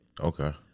Okay